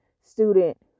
student